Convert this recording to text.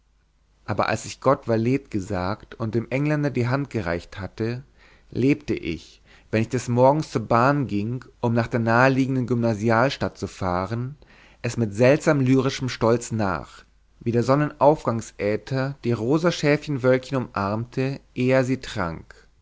aber als ich gott valet gesagt und dem engländer die hand gereicht hatte lebte ich wenn ich des morgens zur bahn ging um nach der naheliegenden gymnasialstadt zu fahren es mit seltsam lyrischem stolz nach wie der sonnenaufgangsäther die rosa schäfchenwölkchen umarmte ehe er sie trank